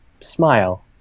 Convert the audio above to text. smile